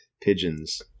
pigeons